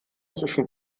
zwischen